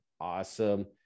Awesome